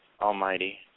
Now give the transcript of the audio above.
Almighty